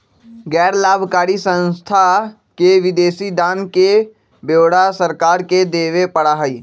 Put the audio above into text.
गैर लाभकारी संस्था के विदेशी दान के ब्यौरा सरकार के देवा पड़ा हई